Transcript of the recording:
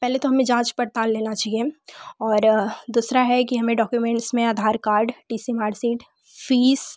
पहले तो हमें जाँच पड़ताल लेना चाहिए और दूसरा है कि हमें डॉक्योमेंट्स में Aadhaar card T C marksheet fees